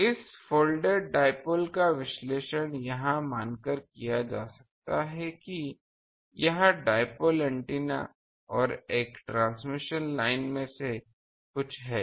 तो इस folded dipole का विश्लेषण यह मानकर किया जा सकता है कि यह डाइपोल एंटीना और एक ट्रांसमिशन लाइन में से कुछ है